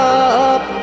up